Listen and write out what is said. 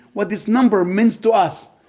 what this number means to us.